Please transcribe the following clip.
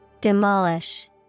Demolish